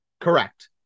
Correct